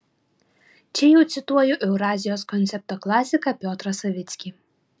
čia jau cituoju eurazijos koncepto klasiką piotrą savickį